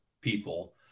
people